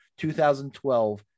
2012